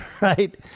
right